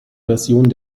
version